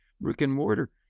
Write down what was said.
brick-and-mortar